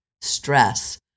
stress